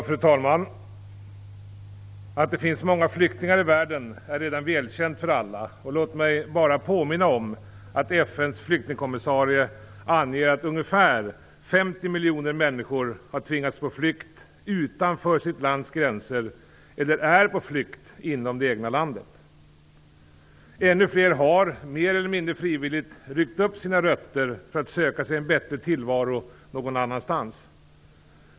Fru talman! Att det finns många flyktingar i världen är redan välkänt för alla. Låt mig bara påminna om att FN:s flyktingkommissarie anger att ungefär 50 miljoner människor har tvingats på flykt utanför sitt lands gränser eller är på flykt inom det egna landet. Ännu fler har mer eller mindre frivilligt ryckt upp sina rötter för att söka sig en bättre tillvaro någon annanstans.